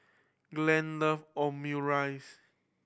Glen love Omurice